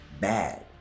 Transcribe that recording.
bad